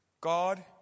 God